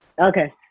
Okay